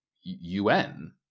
UN